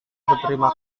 berterima